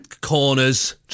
Corners